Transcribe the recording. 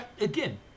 Again